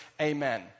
Amen